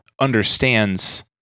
understands